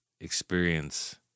experience